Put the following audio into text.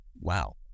wow